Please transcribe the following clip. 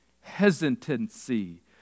hesitancy